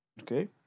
Okay